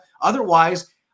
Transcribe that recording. Otherwise